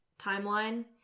timeline